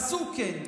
עשו כן,